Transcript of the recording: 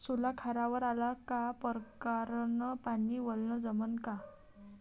सोला खारावर आला का परकारं न पानी वलनं जमन का?